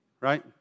right